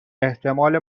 احتمال